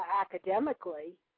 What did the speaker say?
academically